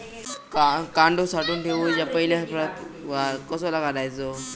कांदो साठवून ठेवुच्या पहिला प्रतवार कसो करायचा?